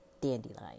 dandelion